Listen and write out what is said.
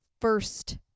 first